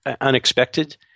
unexpected